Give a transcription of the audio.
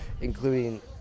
including